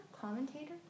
Commentator